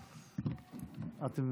את עם